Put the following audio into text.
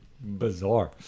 bizarre